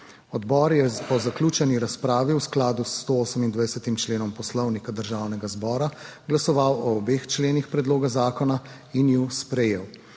Odbor je po zaključeni razpravi v skladu s 128. členom Poslovnika Državnega zbora glasoval o obeh členih predloga zakona in ju sprejel.